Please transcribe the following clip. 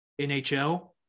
NHL